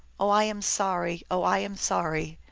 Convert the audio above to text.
oh, i am sorry! oh, i am sorry!